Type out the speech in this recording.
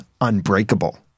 unbreakable